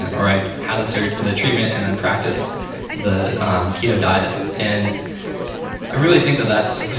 or i had the sort of the treatment and then practiced the keto diet. and i really think that that's.